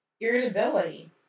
irritability